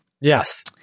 yes